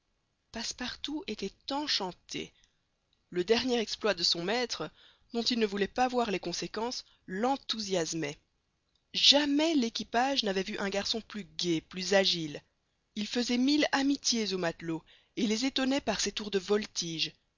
passepartout était enchanté le dernier exploit de son maître dont il ne voulait pas voir les conséquences l'enthousiasmait jamais l'équipage n'avait vu un garçon plus gai plus agile il faisait mille amitiés aux matelots et les étonnait par ses tours de voltige